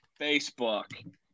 Facebook